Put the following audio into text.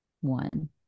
one